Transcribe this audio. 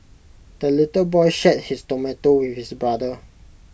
the little boy shared his tomato with his brother